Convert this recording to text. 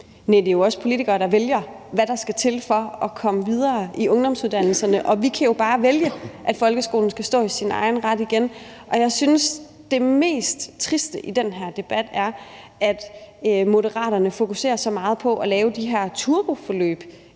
det er jo os politikere, der vælger, hvad der skal til for at komme videre på ungdomsuddannelserne. Vi kan jo bare vælge, at folkeskolen skal stå i sin egen ret igen. Jeg synes, det mest triste i den her debat er, at Moderaterne fokuserer så meget på at lave de her turboforløb